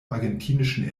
argentinischen